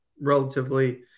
relatively